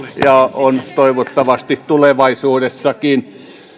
on toivottavasti tulevaisuudessakin